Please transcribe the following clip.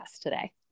today